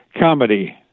comedy